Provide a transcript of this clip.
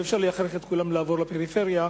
ואי-אפשר להכריח את כולם לעבור לפריפריה,